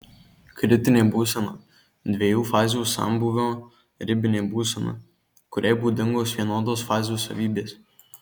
kritinė būsena dviejų fazių sambūvio ribinė būsena kuriai būdingos vienodos fazių savybės